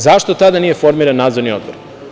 Zašto tada nije formiran nadzorni odbor?